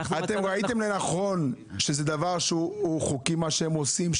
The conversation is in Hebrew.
אתם ראיתם לנכון שזה דבר חוקי, מה שהם עושים?